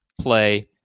play